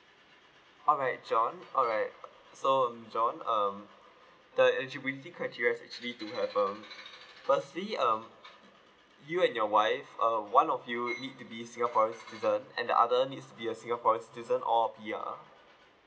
alright john alright uh so um john um the eligibility criteria is actually to have um firstly um y~ y~ you and your wife uh one of you need to be singapore citizen and the other needs be a singapore's citizen or P_R